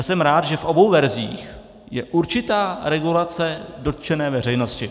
Jsem rád, že v obou verzích je určitá regulace dotčené veřejnosti.